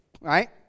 right